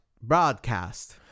Broadcast